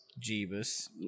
Jeebus